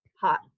hot